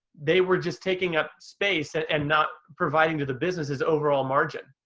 they were just taking up space and and not providing to the business' overall margin.